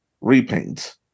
Repaint